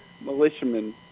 militiamen